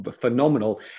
phenomenal